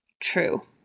True